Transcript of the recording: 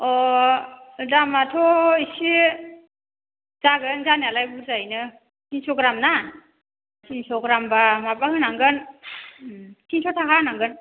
अह दामआथ' एसे जागोन जानायालाय बुरजायैनो थिनस' ग्राम ना थिनस' ग्रामबा माबा होनांगोन उम थिनस' थाखा होनांगोन